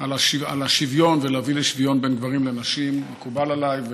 על השוויון ולהביא לשוויון בין גברים לנשים מקובל עליי.